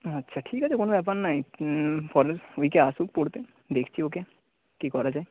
আচ্ছা ঠিক আছে কোনো ব্যাপার নয় পরের উইকে আসুক পড়তে দেখছি ওকে কী করা যায়